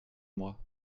moi